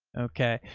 okay.